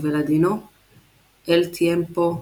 ובלאדינו "אל טיימפו",